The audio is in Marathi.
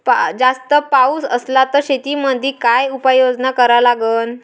जास्त पाऊस असला त शेतीमंदी काय उपाययोजना करा लागन?